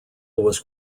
was